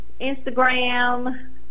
Instagram